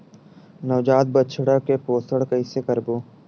नवजात बछड़ा के पोषण कइसे करबो?